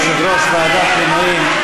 יושב-ראש ועדת מינויים,